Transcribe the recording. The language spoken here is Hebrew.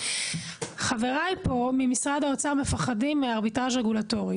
חבריי פה מארביטראז' רגולטורי.